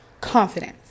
Confidence